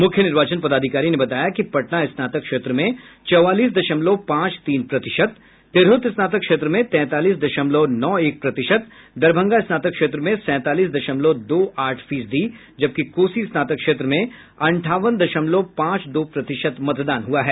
मुख्य निर्वाचन पदाधिकारी ने बताया कि पटना स्नातक क्षेत्र में चौवालीस दशमलव पांच तीन प्रतिशत तिरहुत स्नातक क्षेत्र में तैंतालीस दशमलव नौ एक प्रतिशत दरभंगा स्नातक क्षेत्र में सैंतालीस दशमलव दो आठ फीसदी जबकि कोसी स्नातक क्षेत्र में अंठावन दशमलव पांच दो प्रतिशत मतदान हुआ है